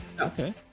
Okay